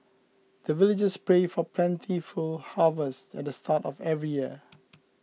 the villagers pray for plentiful harvest at the start of every year